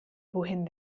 wohin